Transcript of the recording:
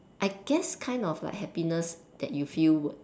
I guess kind of like happiness that you feel